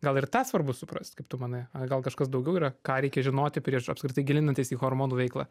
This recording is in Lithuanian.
gal ir tą svarbu suprast kaip tu manai gal kažkas daugiau yra ką reikia žinoti prieš apskritai gilinantis į hormonų veiklą